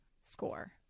score